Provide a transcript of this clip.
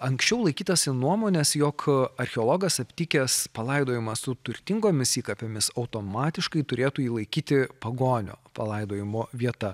anksčiau laikytasi nuomonės jog archeologas aptikęs palaidojimą su turtingomis įkapėmis automatiškai turėtų jį laikyti pagonio palaidojimo vieta